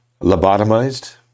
lobotomized